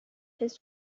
his